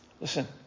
Listen